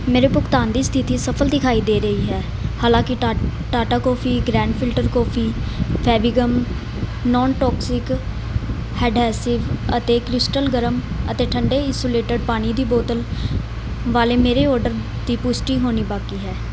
ਮੇਰੇ ਭੁਗਤਾਨ ਦੀ ਸਥਿਤੀ ਸਫਲ ਦਿਖਾਈ ਦੇ ਰਹੀ ਹੈ ਹਾਲਾਂਕਿ ਟ Tata coffee grand filter coffee Fevigum non toxic adhesive ਅਤੇ ਕ੍ਰਿਸਟਲ ਗਰਮ ਅਤੇ ਠੰਡੇ ਇੰਸੂਲੇਟਿਡ ਪਾਣੀ ਦੀ ਬੋਤਲ ਵਾਲੇ ਮੇਰੇ ਓਰਡਰ ਦੀ ਪੁਸ਼ਟੀ ਹੋਣੀ ਬਾਕੀ ਹੈ